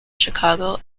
chicago